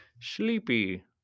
Sleepy